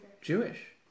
Jewish